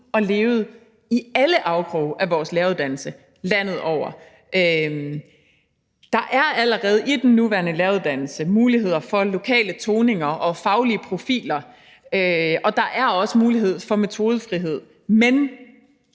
at leve i alle afkroge af vores læreruddannelse landet over. Der er allerede i den nuværende læreruddannelse muligheder for lokale toninger og faglige profiler. Og der er også mulighed for metodefrihed.